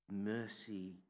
mercy